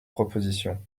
proposition